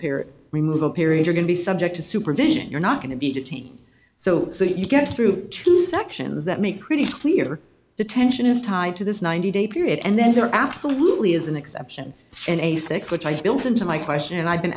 appear remove a period are going to be subject to supervision you're not going to be getting so so you get through two sections that make pretty clear that detention is tied to this ninety day period and then there absolutely is an exception and a six which i have built into my question and i've been